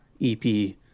EP